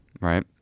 right